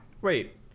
Wait